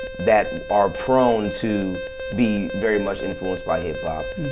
that are prone to be very much influenced by hip-hop,